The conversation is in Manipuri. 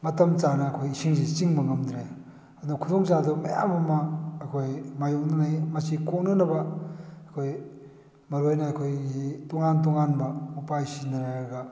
ꯃꯇꯝ ꯆꯥꯅ ꯑꯩꯈꯣꯏ ꯏꯁꯤꯡꯁꯤ ꯆꯤꯡꯕ ꯉꯝꯗ꯭ꯔꯦ ꯑꯗꯨꯅ ꯈꯨꯗꯣꯡ ꯆꯥꯗꯕ ꯃꯌꯥꯝ ꯑꯃ ꯑꯩꯈꯣꯏ ꯃꯥꯏꯌꯣꯛꯅꯔꯤ ꯃꯁꯤ ꯀꯣꯛꯅꯅꯕ ꯑꯩꯈꯣꯏ ꯃꯔꯨ ꯑꯣꯏꯅ ꯑꯩꯈꯣꯏꯒꯤ ꯇꯣꯉꯥꯟ ꯇꯣꯉꯥꯟꯕ ꯎꯄꯥꯏ ꯁꯤꯖꯤꯟꯅꯔꯒ